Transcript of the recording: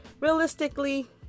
realistically